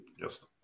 Yes